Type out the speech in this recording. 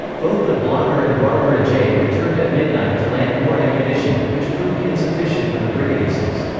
both the blagar and barbara j returned at midnight to land more ammunition, which proved insufficient for the brigadistas.